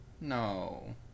No